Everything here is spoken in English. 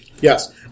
Yes